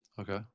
Okay